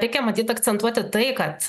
reikia matyt akcentuoti tai kad